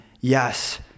yes